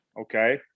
Okay